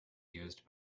used